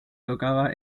tocaba